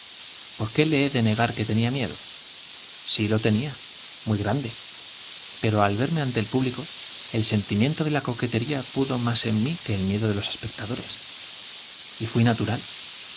por qué le he de negar tenía que sí lo tenía muy grande pero al verme miedo ante el el sentimiento de la coquetería pudo público más en mí que el miedo de los espectadores y fuí natural